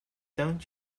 don’t